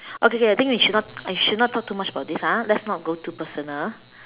okay okay I think we should not we should not talk too much about this ah let's not go too personal